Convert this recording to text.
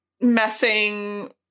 messing